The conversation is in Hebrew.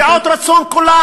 לשביעות רצון כולם.